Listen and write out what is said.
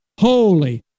Holy